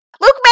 Luke